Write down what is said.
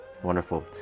Wonderful